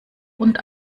und